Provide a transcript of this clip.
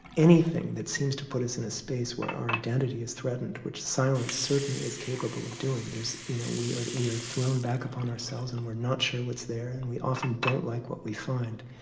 anything that seems to put us in a space where our identity is threatened which silence certainly is capable of doing you know we are we are thrown back upon ourselves and we're not sure what's there and we often don't like what we find.